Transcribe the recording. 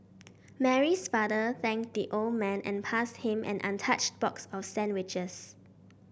Mary's father thanked the old man and passed him an untouched box of sandwiches